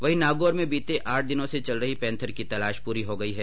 वहीं नागौर में बीते आठ दिनों से चल रही पेंथर की तलाश पूरी हो गयी है